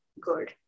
good